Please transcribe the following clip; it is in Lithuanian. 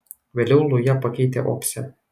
vėliau lują pakeitė opsė